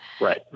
right